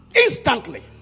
instantly